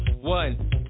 One